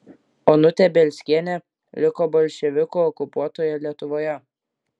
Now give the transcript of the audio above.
onutė bielskienė liko bolševikų okupuotoje lietuvoje